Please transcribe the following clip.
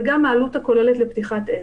וגם העלות הכוללת לפתיחת עסק.